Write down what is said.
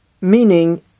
meaning